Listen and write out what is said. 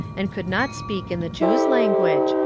and could not speak in the jews' language,